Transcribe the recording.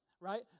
right